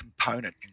component